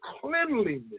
cleanliness